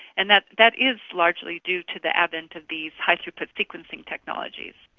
and that that is largely due to the advent of these high throughput sequencing technologies.